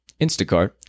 Instacart